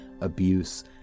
abuse